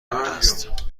است